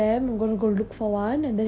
you interested in netball ah